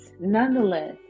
nonetheless